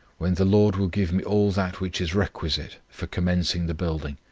when the lord will give me all that which is requisite for commencing the building.